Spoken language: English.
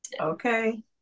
okay